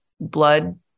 blood